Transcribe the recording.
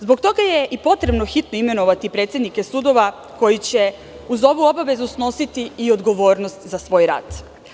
Zbog toga je i potrebno hitno imenovati predsednike sudova koji će, uz ovu obavezu, snositi i odgovornost za svoj rad.